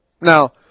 Now